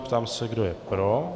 Ptám se, kdo je pro.